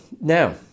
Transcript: Now